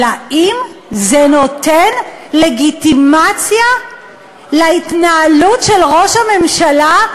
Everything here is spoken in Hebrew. אבל האם זה נותן לגיטימציה להתנהלות של ראש הממשלה,